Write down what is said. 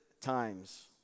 times